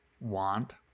want